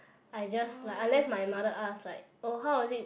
I just like unless my mother ask like oh how was it